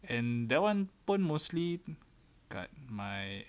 and that one pun mostly kat my